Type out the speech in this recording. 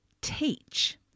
teach